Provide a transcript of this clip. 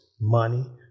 money